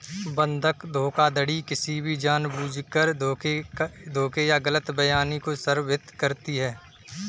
बंधक धोखाधड़ी किसी भी जानबूझकर धोखे या गलत बयानी को संदर्भित करती है